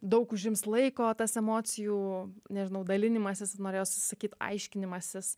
daug užims laiko tas emocijų nežinau dalinimasis norėjosi sakyt aiškinimasis